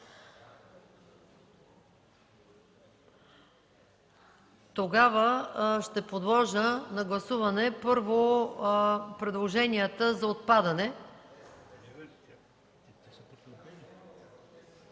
Тогава ще подложа на гласуване първо предложенията за отпадане...